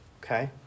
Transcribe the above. okay